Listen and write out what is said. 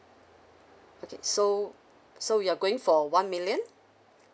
okay so so you're going for uh one million